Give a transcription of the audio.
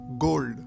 Gold